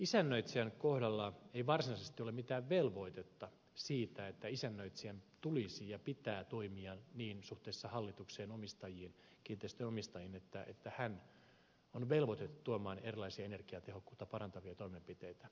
isännöitsijän kohdalla ei varsinaisesti ole mitään velvoitetta siitä että isännöitsijän tulisi ja pitää toimia niin suhteessa hallitukseen kiinteistön omistajiin että hän on velvoitettu tuomaan erilaisia energiatehokkuutta parantavia toimenpiteitä esille